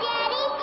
Daddy